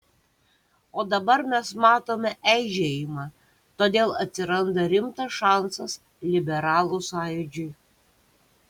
o dabar mes matome eižėjimą todėl atsiranda rimtas šansas liberalų sąjūdžiui